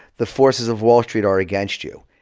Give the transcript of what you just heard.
the forces of wall street are against you.